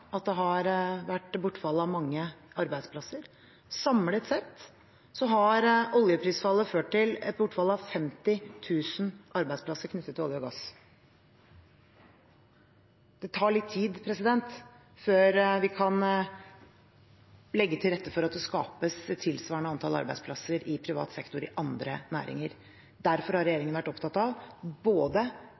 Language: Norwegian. at det har vært bortfall av mange arbeidsplasser. Samlet sett har oljeprisfallet ført til et bortfall av 50 000 arbeidsplasser knyttet til olje og gass. Det tar litt tid før vi kan legge til rette for at det skapes et tilsvarende antall arbeidsplasser i privat sektor, i andre næringer. Derfor har regjeringen vært opptatt av både